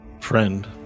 friend